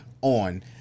on